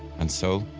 and so,